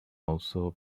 also